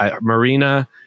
Marina